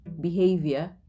behavior